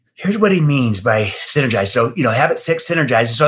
here's what he means by synergize. so you know habit six, synergize. so